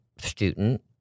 student